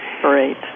Great